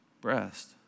breast